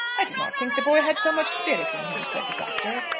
i did not think the boy had so much spirit in him, said the doctor.